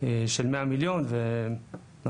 של 100 מיליון ואנחנו,